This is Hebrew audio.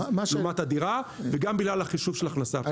לעומת הדירה וגם בגלל החישוב של ההכנסה הפנויה.